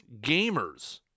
gamers